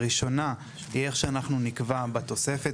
הראשונה היא איך שאנחנו נקבע בתוספת,